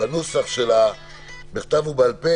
בנוסח של בכתב או בעל פה,